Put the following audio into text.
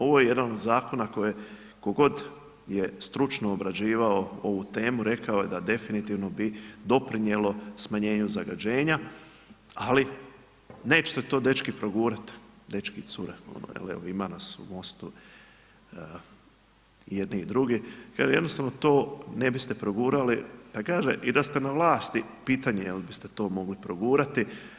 Ovo je jedan od zakona tko god je stručno obrađivao ovu temu rekao da definitivno bi doprinijelo smanjenju zagađenja ali nećete to dečki progurati, dečki i cure, jel evo ima nas u MOST-u i jednih i drugih, kaže jednostavno to ne biste progurali, pa kaže i da ste na vlasti, pitanje je li biste to mogli progurati.